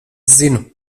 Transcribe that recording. zinu